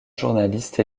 journaliste